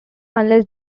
unless